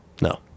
No